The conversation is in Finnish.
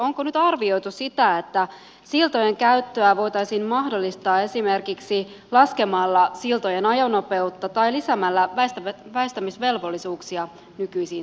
onko nyt arvioitu sitä että siltojen käyttöä voitaisiin mahdollistaa esimerkiksi laskemalla siltojen ajonopeutta tai lisäämällä väistämisvelvollisuuksia nykyisiin siltoihin